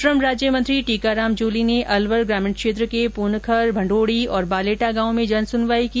श्रम राज्य मंत्री टीकाराम जूली ने अलवर ग्रामीण क्षेत्र के पूनखर भण्डोडी और बालेटा गांव में जनसुनवाई की